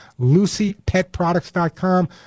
LucyPetProducts.com